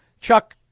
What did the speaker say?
Chuck